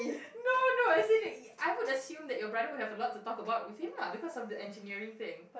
no no as in I will assume that your brother will have a lot to talk about with him lah because of the engineering thing